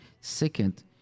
Second